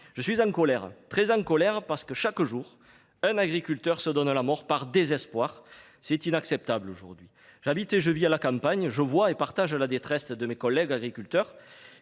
Je suis très en colère, car chaque jour un agriculteur se donne la mort par désespoir. C’est inacceptable ! J’habite et vis à la campagne ; je vois et partage la détresse de mes collègues agriculteurs